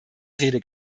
rede